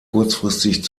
kurzfristig